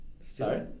Sorry